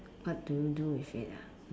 what do you do with it ah